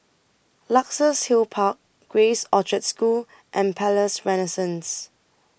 Luxus Hill Park Grace Orchard School and Palais Renaissance